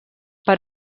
per